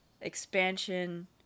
expansion